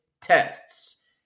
tests